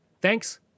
Thanks